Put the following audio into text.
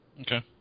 Okay